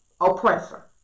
Oppressor